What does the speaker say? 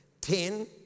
Ten